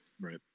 Right